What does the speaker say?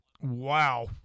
Wow